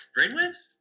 Brainwaves